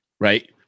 Right